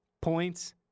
points